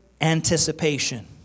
anticipation